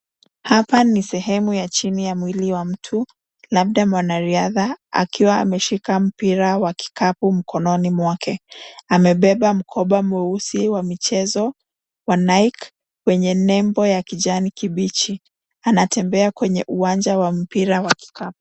Hapa ni sehemu ya chini ya mwili wa mtu, labda mwanariadha, akiwa ameshika mpira wa kikapu mkononi mwake. Amebeba mkoba mweusi wa michezo, wa Nike, wenye nembo ya kijani kibichi. Anatembea kwenye uwanja wa mpira wa kikapu.